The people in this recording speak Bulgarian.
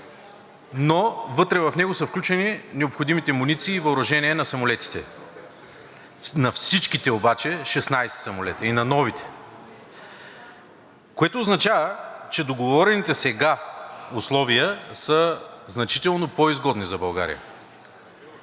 но вътре в него са включени необходимите муниции и въоръжение на самолетите – на всичките обаче 16 самолета и на новите, което означава, че договорените сега условия са значително по-изгодни за България.